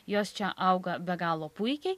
jos čia auga be galo puikiai